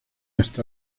está